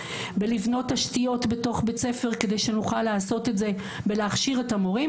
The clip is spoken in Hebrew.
בלבנות תשתיות בתוך בית הספר כדי שנוכל לעשות את זה ולהכשיר את המורים,